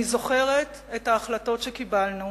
אני זוכרת את ההחלטות שקיבלנו